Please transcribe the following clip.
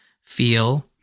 feel